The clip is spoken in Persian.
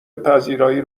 پذیرایی